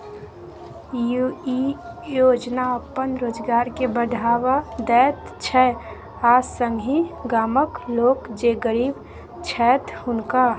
ई योजना अपन रोजगार के बढ़ावा दैत छै आ संगहि गामक लोक जे गरीब छैथ हुनका